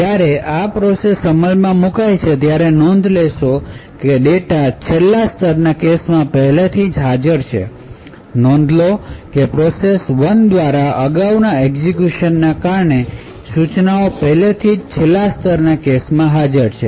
જ્યારે આ પ્રોસેસ અમલમાં મુકાય છે ત્યારે નોંધ લેશો કે ડેટા છેલ્લા સ્તરના કેશમાં પહેલેથી જ હાજર છે નોંધ લો કે પ્રોસેસ 1 દ્વારા અગાઉના એક્ઝિક્યુશનને કારણે સૂચનાઓ પહેલાથી જ છેલ્લા સ્તરના કેશમાં હાજર છે